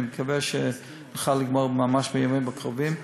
ואני מקווה שנוכל לגמור ממש בימים הקרובים.